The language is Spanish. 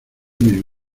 mis